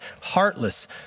heartless